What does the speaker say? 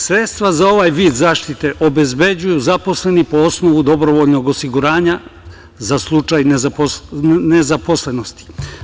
Sredstva za ovaj vid zaštite obezbeđuju zaposleni po osnovu dobrovoljnog osiguranja za slučaj nezaposlenosti“